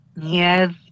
Yes